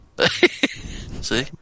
See